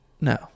No